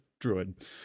druid